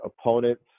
opponents